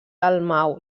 dalmau